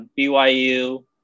BYU